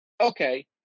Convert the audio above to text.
Okay